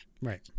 Right